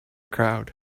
crowd